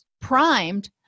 primed